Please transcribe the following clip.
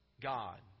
God